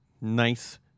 Nice